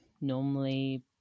normally